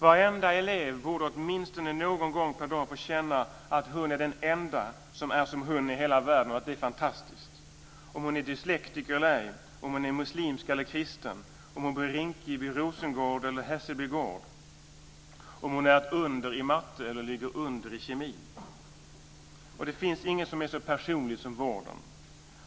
Varenda elev borde åtminstone någon gång per dag få känna att hon är den enda som är som hon i hela världen och att det är fantastiskt - om hon är dyslektiker eller ej, om hon är muslim eller kristen, om hon bor i Rinkeby, Rosengård eller i Hässelby gård, om hon är ett under i matte eller ligger under i kemi. Det finns ingenting som är så personligt som vården.